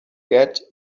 get